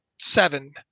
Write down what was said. seven